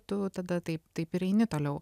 tu tada taip taip ir eini toliau